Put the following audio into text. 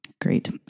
great